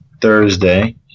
Thursday